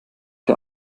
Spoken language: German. der